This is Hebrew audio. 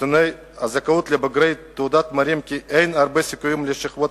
נתוני הזכאות לבגרות מראים כי אין לשכבות